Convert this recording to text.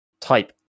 type